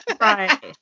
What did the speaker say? Right